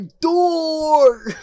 door